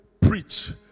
preach